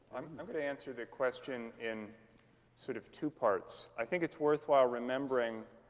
i'm going to answer the question in sort of two parts. i think it's worthwhile remembering